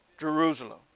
Jerusalem